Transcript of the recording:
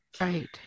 Right